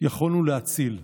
יכולנו להציל.